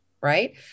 Right